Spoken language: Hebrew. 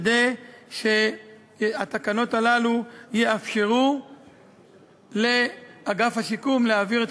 כדי שהתקנות הללו יאפשרו לאגף השיקום להעביר את